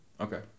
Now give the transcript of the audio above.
Okay